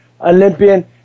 Olympian